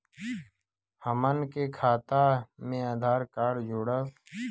हमन के खाता मे आधार कार्ड जोड़ब?